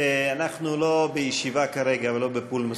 אנחנו לא בישיבה כרגע ולא בפולמוס.